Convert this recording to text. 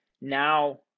now